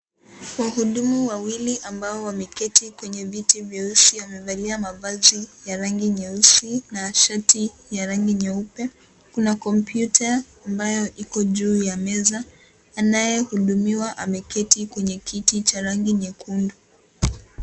Wahudumu wawili ambao wameketi kwenye viti vyeusi wamevalia mavazi ya rangi nyeusi na shati ya rangi nyeupe. Kuna kompyuta ambayo iko juu ya meza, anayehudumiwa ameketi kwenye kiti cha rangi nyekundu.